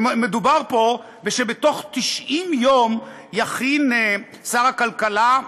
נאמר פה שבתוך 90 יום יכין שר הכלכלה,